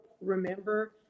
remember